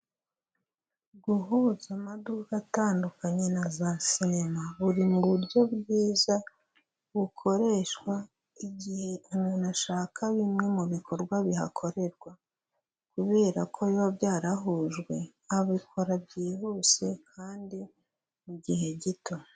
Guhuza amaduka atandukanye na za sinema buri mu buryo bwiza bukoreshwa igihe umuntu ashaka bimwe mu bikorwa bihakorerwa, kubera ko biba byarahujwe abikora byihuse kandi mu gihe gito.